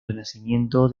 renacimiento